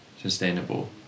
sustainable